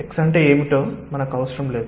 x అంటే ఏమిటో అవసరం లేదు